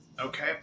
Okay